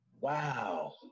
Wow